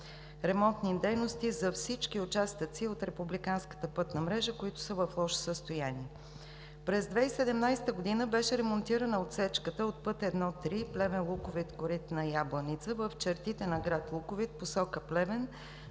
ремонтни дейности за всички участъци от републиканската пътна мрежа, които са в лошо състояние. През 2017 г. беше ремонтирана отсечката от път I-3 Плевен – Луковит – Коритна – Ябланица. В чертите на град Луковит в посока Плевен